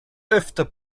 öfter